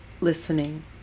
listening